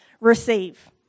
receive